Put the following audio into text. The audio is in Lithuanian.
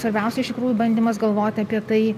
svarbiausia iš tikrųjų bandymas galvoti apie tai